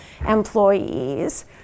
employees